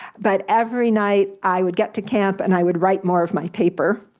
but every night i would get to camp and i would write more of my paper.